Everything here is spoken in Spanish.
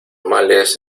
males